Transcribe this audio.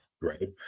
right